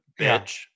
bitch